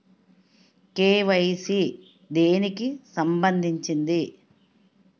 KYC దేనికి సంబందించింది?